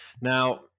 Now